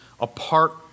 apart